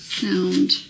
Sound